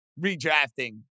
redrafting